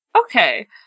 Okay